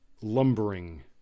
lumbering